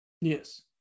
yes